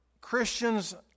Christians